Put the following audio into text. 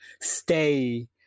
stay